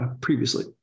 previously